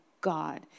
God